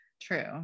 True